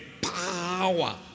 power